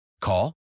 Call